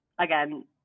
again